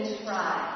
try